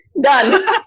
Done